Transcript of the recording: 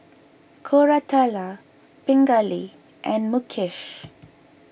Koratala Pingali and Mukesh